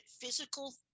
physical